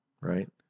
right